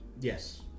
Yes